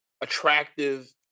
attractive